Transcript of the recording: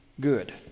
good